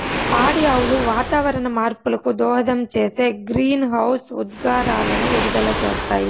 పాడి ఆవులు వాతావరణ మార్పులకు దోహదం చేసే గ్రీన్హౌస్ ఉద్గారాలను విడుదల చేస్తాయి